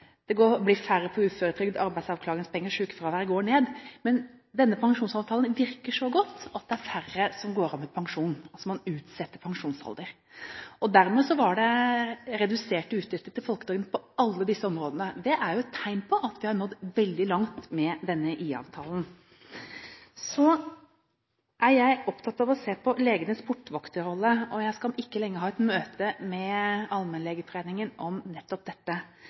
det blir færre på uføretrygd og arbeidsavklaringspenger, sykefraværet går ned. Men denne pensjonsavtalen virker så godt at det er færre som går av med pensjon, så man utsetter pensjonsalder. Dermed var det reduserte utgifter til folketrygden på alle disse områdene. Det er jo et tegn på at vi har nådd veldig langt med denne IA-avtalen. Så er jeg opptatt av å se på legenes portvakterrolle. Jeg skal om ikke lenge ha et møte med Allmennlegeforeningen om nettopp dette.